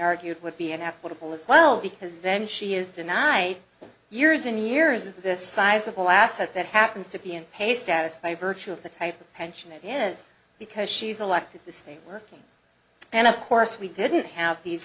argued would be unethical to pull as well because then she is denied for years and years of this sizable asset that happens to be in pay status by virtue of the type of pension it is because she's elected to stay working and of course we didn't have these